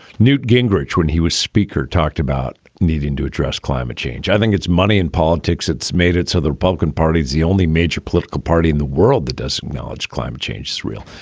newt gingrich when he was speaker talked about needing to address climate change. i think it's money in politics it's made it so the republican party is the only major political party in the world that doesn't acknowledge climate change is real.